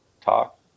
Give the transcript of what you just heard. talk